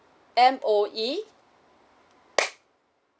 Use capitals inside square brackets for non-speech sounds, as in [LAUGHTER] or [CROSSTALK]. M_O_E [NOISE]